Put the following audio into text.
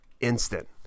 Instant